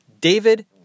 David